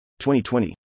2020